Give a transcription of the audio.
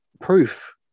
proof